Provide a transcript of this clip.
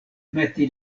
meti